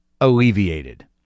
alleviated